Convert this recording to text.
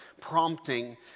prompting